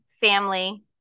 family